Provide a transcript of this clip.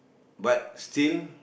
but still